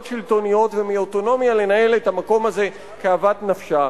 שלטוניות ומאוטונומיה לנהל את המקום הזה כאוות נפשה.